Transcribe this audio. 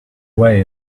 way